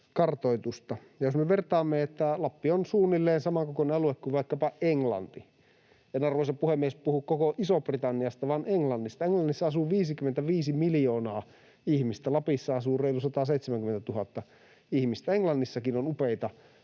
kartoitusta. Jos me vertaamme, niin Lappi on suunnilleen saman kokoinen alue kuin vaikkapa Englanti. En, arvoisa puhemies, puhu koko Isosta-Britanniasta, vaan Englannista. Englannissa asuu 55 miljoonaa ihmistä, Lapissa asuu reilut 170 000 ihmistä. Englannissakin on upeita